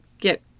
get